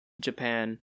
Japan